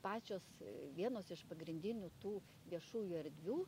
pačios vienos iš pagrindinių tų viešųjų erdvių